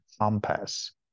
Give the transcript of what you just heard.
compass